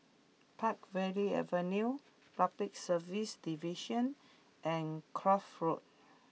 Peakville Avenue Public Service Division and Kloof Road